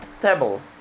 table